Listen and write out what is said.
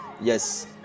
Yes